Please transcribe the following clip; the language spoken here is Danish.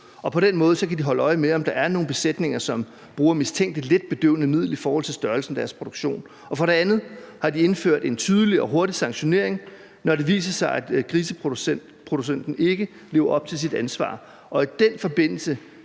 På den måde kan de holde øje med, om der er nogle besætninger, som bruger mistænkeligt lidt bedøvende middel i forhold til størrelsen af deres produktion. For det andet har de indført en tydelig og hurtig sanktionering, når det viser sig, at griseproducenten ikke lever op til sit ansvar, og i den forbindelse